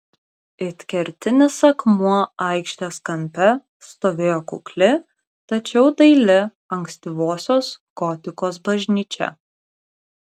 it kertinis akmuo aikštės kampe stovėjo kukli tačiau daili ankstyvosios gotikos bažnyčia